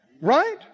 Right